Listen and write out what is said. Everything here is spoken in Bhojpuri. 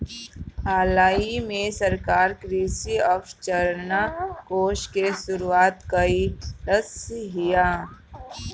हालही में सरकार कृषि अवसंरचना कोष के शुरुआत कइलस हियअ